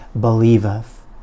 believeth